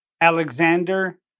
Alexander